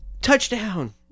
touchdown